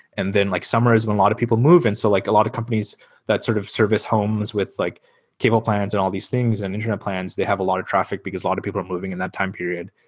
and then like summer is when a lot of people move. and so like a lot of companies that sort of service homes with like cable plans and all these things and internet plans, they have a lot of traffic, because a lot of people are moving in that time period.